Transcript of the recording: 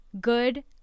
Good